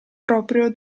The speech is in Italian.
proprio